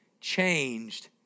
changed